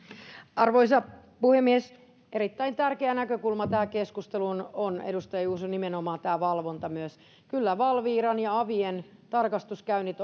arvoisa puhemies erittäin tärkeä näkökulma tähän keskusteluun edustaja juuso on nimenomaan myös tämä valvonta kyllä valviran ja avien tarkastuskäynnit